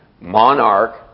monarch